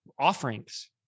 offerings